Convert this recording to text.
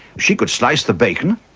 she could slice the bacon.